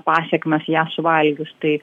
pasekmes ją suvalgius tai